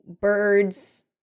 birds